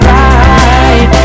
right